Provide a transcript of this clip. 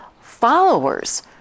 followers